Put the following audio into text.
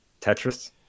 Tetris